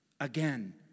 Again